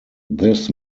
this